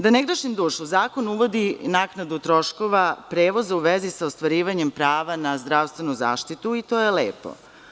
Da ne grešim dušu, zakon uvodi naknadu troškova, prevoza u vezi sa ostvarivanjem prava na zdravstvenu zaštitu, i to je lepo.